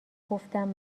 گفتم